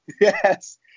yes